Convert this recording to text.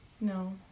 No